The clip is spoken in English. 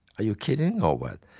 are you kidding or what?